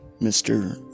Mr